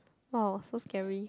oh so scary